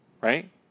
right